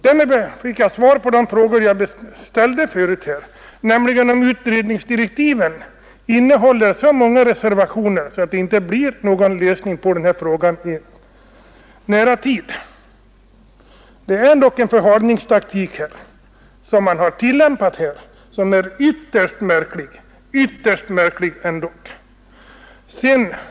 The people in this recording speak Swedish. Därmed fick jag också svar på den fråga jag ställde förut, nämligen att utredningsdirektiven innehåller så många reservationer att det inte blir någon lösning på detta spörsmål inom en näraliggande tid. Men man har ändock här tillämpat en ytterst märklig förhalningsteknik.